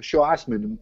šiuo asmeniu